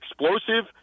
explosive